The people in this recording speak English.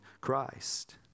Christ